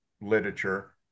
literature